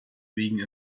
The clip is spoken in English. being